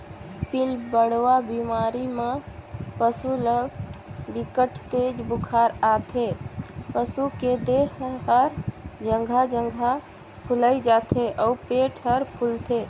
पिलबढ़वा बेमारी म पसू ल बिकट तेज बुखार आथे, पसू के देह हर जघा जघा फुईल जाथे अउ पेट हर फूलथे